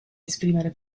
esprimere